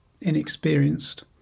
inexperienced